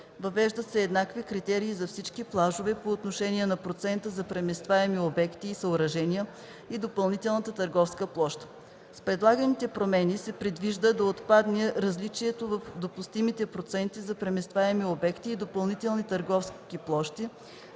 Въвеждат се еднакви критерии за всички плажове по отношение на процента за преместваеми обекти и съоръжения и допълнителна търговска площ. С предлаганите промени се предвижда да отпадне различието в допустимите проценти за преместваеми обекти и допълнителни търговски площи